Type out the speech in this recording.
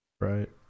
right